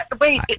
Wait